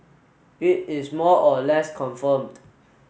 it is more or less confirmed